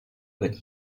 but